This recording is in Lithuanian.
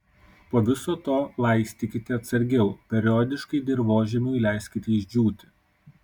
po viso to laistykite atsargiau periodiškai dirvožemiui leiskite išdžiūti